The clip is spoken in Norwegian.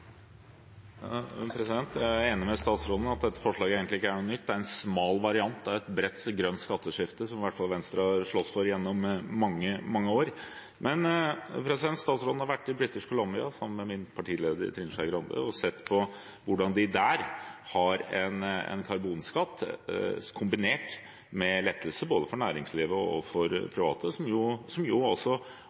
noe nytt, det er en smal variant av et bredt grønt skatteskifte som i hvert fall Venstre har slåss for gjennom mange, mange år. Men statsråden har vært i British Columbia sammen med min partileder Trine Skei Grande og sett på hvordan de der har en karbonskatt kombinert med lettelse både for næringslivet og for private, som også oppfattes som populært. Man har iallfall blitt gjenvalgt på dette programmet. Mitt spørsmål, ut fra også